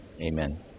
amen